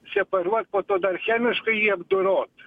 separuot po to dar chemiškai jį apdorot